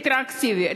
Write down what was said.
רטרואקטיבית,